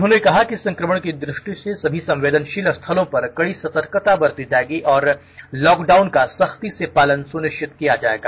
उन्होंने कहा कि संक्रमण की दु ष्टि से सभी संवेदनशील स्थलों पर कड़ी सतर्कता बरती जाएगी और लॉकडाउन का सख्ती से पालने सुनिश्चित किया जाएगा